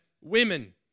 women